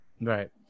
Right